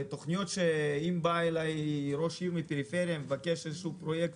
אם בא אליי ראש עיר מהפריפריה ומבקש ממני פרויקט